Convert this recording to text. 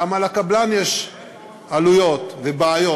גם על הקבלן יש עלויות ובעיות.